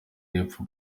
y’epfo